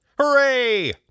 Hooray